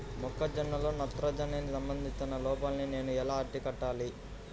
మొక్క జొన్నలో నత్రజని సంబంధిత లోపాన్ని నేను ఎలా అరికట్టాలి?